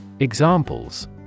Examples